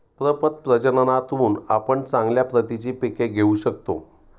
प्रपद प्रजननातून आपण चांगल्या प्रतीची पिके घेऊ शकतो